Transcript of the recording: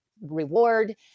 reward